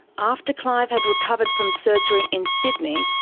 after clive had recovered from surgery in sydney,